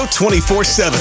24-7